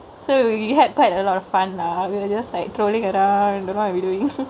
so we had quite a lot of fun lah we were just like trollingk around don't know what we were doingk